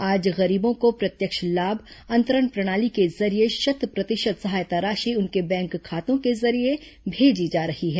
आज गरीबों को प्रत्यक्ष लाभ अंतरण प्रणाली के जरिए शत प्रतिशत सहायता राशि उनके बैंक खातों के जरिए भेजी जा रही है